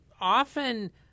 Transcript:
often